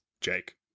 Jake